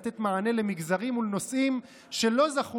לתת מענה למגזרים ולנושאים שלא זכו